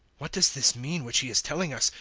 what does this mean which he is telling us,